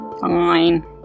Fine